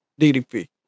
ddp